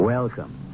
Welcome